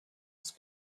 des